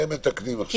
את זה הם מתקנים עכשיו.